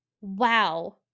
wow